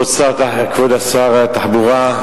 כבוד שר התחבורה,